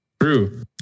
True